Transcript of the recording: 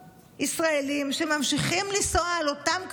ישראלים שממשיכים לנסוע על אותם כבישים,